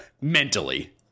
Mentally